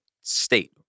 state